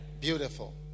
Beautiful